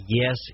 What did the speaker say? yes